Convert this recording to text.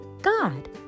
God